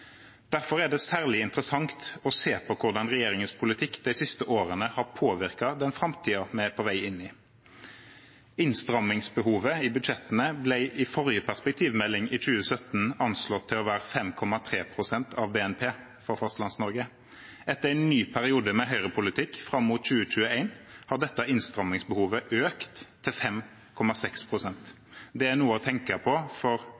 Derfor er det særlig interessant å se på hvordan regjeringens politikk de siste årene har påvirket den framtiden vi er på vei inn i. Innstrammingsbehovet i budsjettene ble i forrige perspektivmelding, i 2017, anslått til å være 5,3 pst. av BNP for Fastlands-Norge. Etter en ny periode med høyrepolitikk, fram mot 2021, har dette innstrammingsbehovet økt til 5,6 pst. Det er noe å tenke på